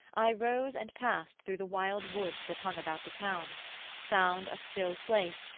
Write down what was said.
i rose and past through the wild woods that hung about the town found a still place,